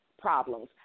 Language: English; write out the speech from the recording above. problems